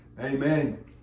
amen